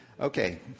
Okay